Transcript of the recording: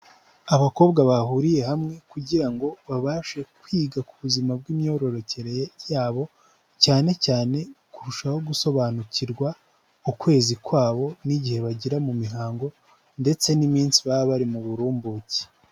Abakobwa bahuriye hamwe kugira ngo babashe kwiga ku buzima bw'imyororokere yabo, cyane cyane kurushaho gusobanukirwa ukwezi kwabo, n'igihe bagira mu mihango ndetse n'iminsi baba bari mu burumbuke.